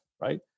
right